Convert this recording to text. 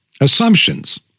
assumptions